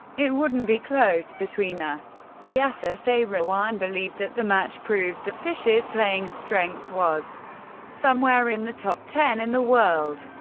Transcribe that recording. it wouldn't be close between us. yasser seirawan believed that the match proved that fischer's playing strength was somewhere in the top ten in the world.